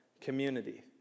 community